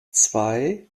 zwei